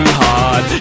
hard